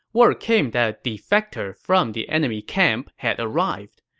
word came that a defector from the enemy camp had arrived.